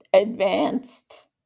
advanced